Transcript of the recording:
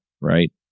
right